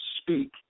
speak